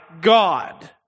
God